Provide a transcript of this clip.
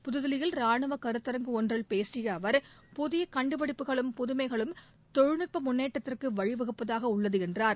புதுதில்லியில் ரானுவ கருத்தரங்கு ஒன்றில் பேசிய அவர் புதிய கண்டுபிடிப்புகளும் புதுமைகளும் தொழில்நுட்ப முன்னேற்றத்துக்கு வழி வகுப்பதாக உள்ளது என்றார்